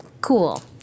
cool